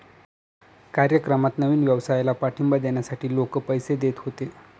कार्यक्रमात नवीन व्यवसायाला पाठिंबा देण्यासाठी लोक पैसे देत होते